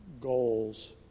goals